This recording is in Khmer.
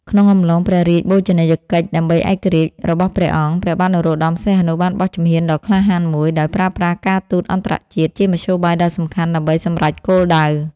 ក្នុងអំឡុង ព្រះរាជបូជនីយកិច្ចដើម្បីឯករាជ្យ របស់ព្រះអង្គ ព្រះបាទនរោត្ដម សីហនុ បានបោះជំហានដ៏ក្លាហានមួយ ដោយប្រើប្រាស់ការទូតអន្តរជាតិជាមធ្យោបាយដ៏សំខាន់ដើម្បីសម្រេចគោលដៅ។